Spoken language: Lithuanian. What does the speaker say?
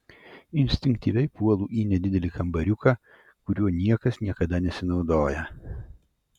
instinktyviai puolu į nedidelį kambariuką kuriuo niekas niekada nesinaudoja